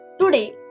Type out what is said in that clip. Today